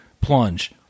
plunge